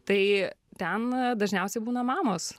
tai ten dažniausiai būna mamos